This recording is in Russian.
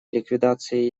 ликвидации